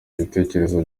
ibitekerezo